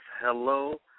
hello